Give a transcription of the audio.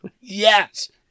Yes